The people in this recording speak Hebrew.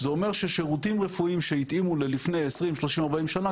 זה אומר ששירותים רפואיים שהתאימו לפני עשרים-שלושים-ארבעים שנה,